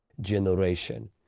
generation